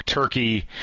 Turkey